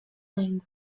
language